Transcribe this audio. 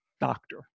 doctor